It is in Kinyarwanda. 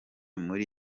muri